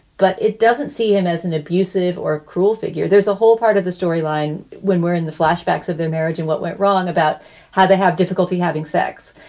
but it doesn't see him as an abusive or cruel figure. there's a whole part of the storyline when we're in the flashbacks of the marriage and what went wrong about how they have difficulty having sex.